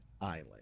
island